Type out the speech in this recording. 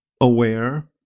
aware